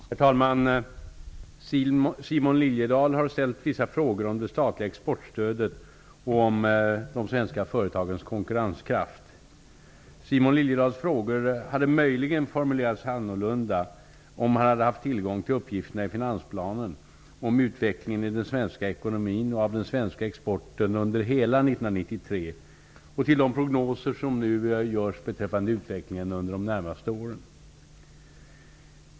Herr talman! Simon Liliedahl har ställt vissa frågor om det statliga exportstödet och om de svenska företagens konkurrenskraft. Simon Liliedahls frågor hade möjligen formulerats annorlunda om han hade haft tillgång till uppgifterna i finansplanen om utvecklingen i den svenska ekonomin och av den svenska exporten under hela 1993, och till de prognoser som nu görs beträffande utvecklingen under de närmaste åren.